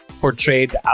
portrayed